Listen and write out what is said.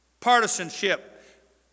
Partisanship